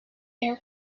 air